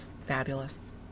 Fabulous